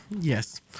Yes